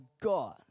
God